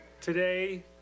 Today